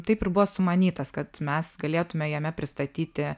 taip ir buvo sumanytas kad mes galėtume jame pristatyti